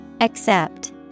Accept